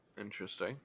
Interesting